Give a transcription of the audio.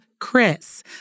Chris